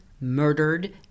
murdered